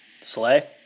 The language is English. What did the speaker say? Slay